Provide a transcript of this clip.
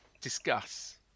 Discuss